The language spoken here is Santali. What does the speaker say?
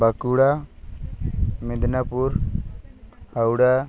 ᱵᱟᱸᱠᱩᱲᱟ ᱢᱮᱫᱽᱱᱟᱯᱩᱨ ᱦᱟᱣᱲᱟ